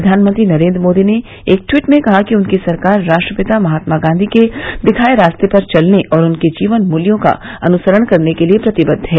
प्रधानमंत्री नरेन्द्र मोदी ने टवीट में कहा कि उनकी सरकार राष्ट्रपिता महात्मा गांधी के दिखाए रास्ते पर चलने और उनके जीवन मूल्यों का अनुसरण करने के लिए प्रतिबद्व है